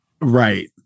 Right